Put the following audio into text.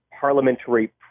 parliamentary